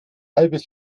halbes